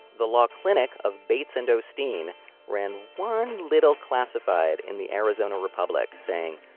the law clinic of bates and o'steen ran one little classified in the arizona republic saying,